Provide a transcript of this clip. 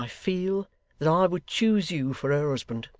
i feel that i would choose you for her husband.